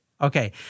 Okay